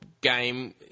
game